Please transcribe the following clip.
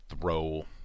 throw